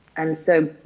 and so